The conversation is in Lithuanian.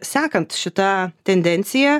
sekant šitą tendenciją